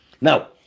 now